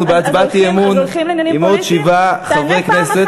אנחנו בהצבעת אי-אמון עם עוד שבעה חברי כנסת.